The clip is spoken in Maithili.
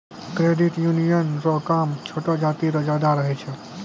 क्रेडिट यूनियन रो काम छोटो जाति रो ज्यादा रहै छै